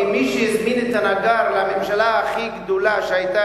כי מי שהזמין את הנגר לממשלה הכי גדולה שהיתה